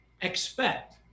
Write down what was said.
expect